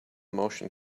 motion